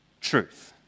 truth